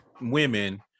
women